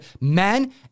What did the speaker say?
men